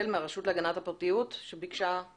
לעשות איזושהי ישיבה שבועית שתתכלל את הדברים האלה עד שבאמת